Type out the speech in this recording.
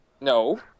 No